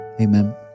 amen